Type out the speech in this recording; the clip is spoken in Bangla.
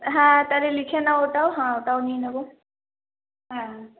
হ্যাঁ তাহলে লিখে নাও হ্যাঁ ওটাও নিয়ে নেবো হ্যাঁ